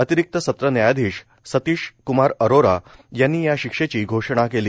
अतिरिक्त सत्र न्यायाधीश सतिश कुमार अरोरा यांनी या शिक्षेची घोषणा केली